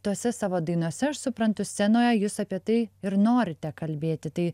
tose savo dainose aš suprantu scenoje jus apie tai ir norite kalbėti tai